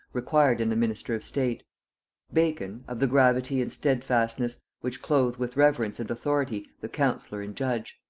required in the minister of state bacon, of the gravity and steadfastness which clothe with reverence and authority the counsellor and judge.